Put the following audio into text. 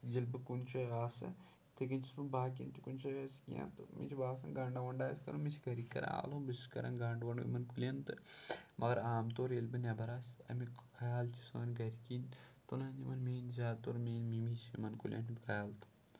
ییٚلہِ بہٕ کُنہِ جایہِ آسہٕ یِتھٕے کٔنۍ چھُس بہٕ باقیَن تہِ کُنہِ جایہِ آسہِ کینٛہہ تہٕ مےٚ چھِ باسان گَنڈا وَنڈا آسہِ کَرُن مےٚ چھِ گَرِکۍ کَران آلَو بہٕ چھُس کَران گَنٛڈ وَنڈ یِمَن کُلٮ۪ن تہٕ مگر عام طور ییٚلہِ بہٕ نٮ۪بَر آسہِ اَمیُک خیال چھِ سٲنۍ گَرِکٮ۪ن تُلَن یِمَن میٛٲنۍ زیادٕ طور میٛٲنۍ مِمی چھِ یِمَن کُلٮ۪ن ہُنٛد خیال تُلَان